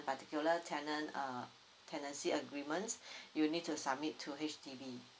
particular tenant uh tenancy agreement you'll need to submit to H_D_B